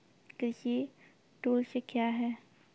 कृषि टुल्स क्या हैं?